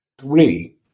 Three